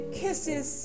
kisses